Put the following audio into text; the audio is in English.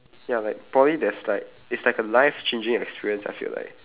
ya like poly there's like it's like a life changing experience I feel like